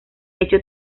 hecho